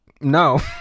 No